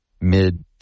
mid